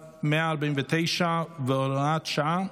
19, הוראת שעה,